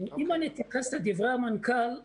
אם אני אתייחס לדברי המנכ"ל,